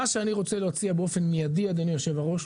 מה שאני רוצה להציע באופן מידי, אדוני היושב-ראש,